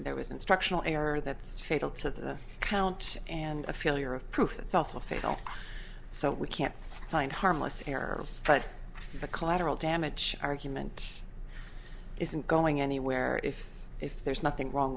there was instructional error that's fatal to the count and a failure of proof it's also failed so we can't find harmless error but the collateral damage argument isn't going anywhere if if there's nothing wrong